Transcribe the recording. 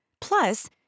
Plus